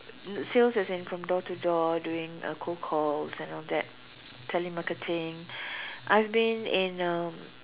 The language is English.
sales as in from door to door doing uh cold calls and all that telemarketing I've been in uh